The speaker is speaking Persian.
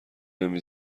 نمی